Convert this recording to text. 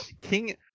King